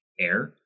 air